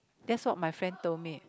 that's what my friend told me